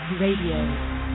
RADIO